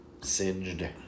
Singed